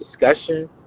discussion